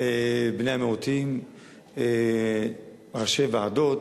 בני המיעוטים ראשי ועדות.